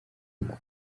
uku